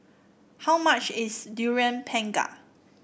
how much is Durian Pengat